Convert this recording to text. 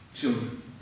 children